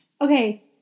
Okay